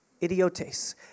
idiotes